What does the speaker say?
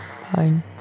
Fine